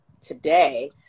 today